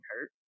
hurt